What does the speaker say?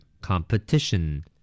competition